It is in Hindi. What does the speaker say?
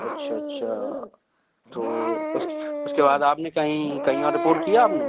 अच्छा अच्छा तो उसकी उसके बाद आपने कहीं कहीं और रिपोर्ट किया आपने